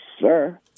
sir